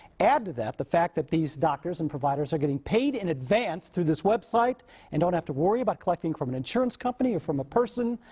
add to that, the fact that these doctors and providers are getting paid in advance through this website and don't have to worry about collecting from an insurance company or a ah person.